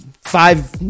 Five